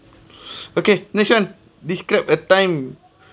okay next one describe a time